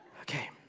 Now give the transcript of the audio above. Okay